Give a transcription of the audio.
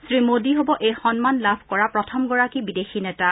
শ্ৰীমোদী হ'ব এই সন্মান লাভ কৰা প্ৰথমগৰাকী বিদেশী নেতা